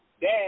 dad